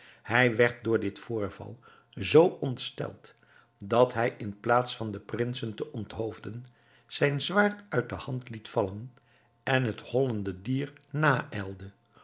hij werd door dit voorval zoo ontsteld dat hij in plaats van de prinsen te onthoofden zijn zwaard uit de hand liet vallen en het hollende dier